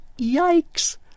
Yikes